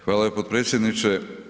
Hvala potpredsjedniče.